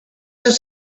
just